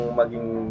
maging